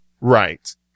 Right